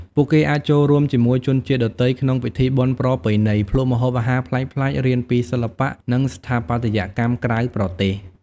ពួកគេអាចចូលរួមជាមួយជនជាតិដទៃ ក្នុងពិធីបុណ្យប្រពៃណី ភ្លក់ម្ហូបអាហារប្លែកៗ រៀនពីសិល្បៈ និងស្ថាបត្យកម្មក្រៅប្រទេស។